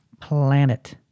planet